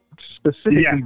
specifically